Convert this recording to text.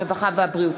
הרווחה והבריאות.